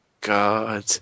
God